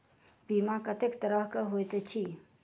बीमा कत्तेक तरह कऽ होइत छी?